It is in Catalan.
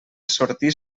sortir